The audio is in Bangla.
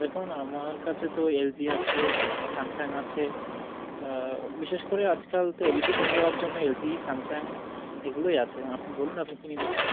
দেখুন আমার কাছে তো এল জি আছে স্যামসাং আছে বিশেষ করে আজকাল তো এল ই ডি হয়ে যাওয়ার জন্য এল জি স্যামসাং এগুলোই আছে আপনি বলুন আপনি কী নিতে চান